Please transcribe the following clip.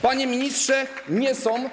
Panie ministrze, nie są.